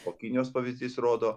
o kinijos pavyzdys rodo